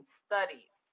studies